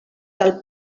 cal